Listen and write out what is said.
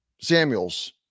Samuels